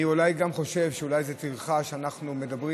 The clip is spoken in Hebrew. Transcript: אני חושב שאולי זו טרחה שאנחנו מדברים